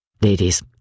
Ladies